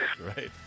right